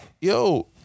yo